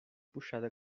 puxada